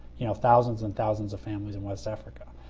you know, thousands and thousands of families in west africa.